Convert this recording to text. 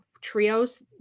trios